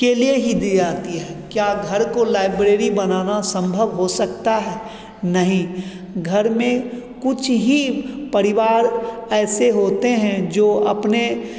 के लिए ही दी जाती है क्या घर को लाइब्रेरी बनाना संभव हो सकता है नहीं घर में कुछ ही परिवार ऐसे होते हैं जो अपने